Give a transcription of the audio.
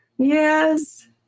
Yes